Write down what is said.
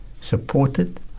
supported